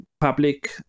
public